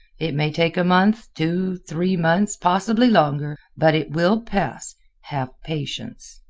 it may take a month, two, three months possibly longer, but it will pass have patience.